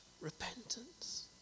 repentance